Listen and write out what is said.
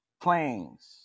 planes